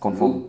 conform